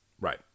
right